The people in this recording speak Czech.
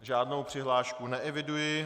Žádnou přihlášku neeviduji.